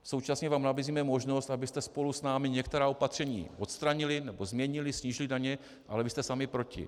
Současně vám nabízíme možnost, abyste spolu s námi některá opatření odstranili nebo změnili, snížili daně, ale vy jste sami proti.